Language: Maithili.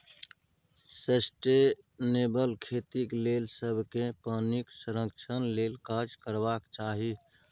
सस्टेनेबल खेतीक लेल सबकेँ पानिक संरक्षण लेल काज करबाक चाही